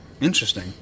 Interesting